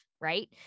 right